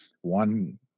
one